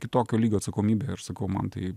kitokio lygio atsakomybė aš sakau man tai